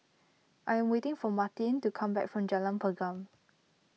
I am waiting for Martin to come back from Jalan Pergam